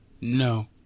No